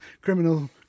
criminal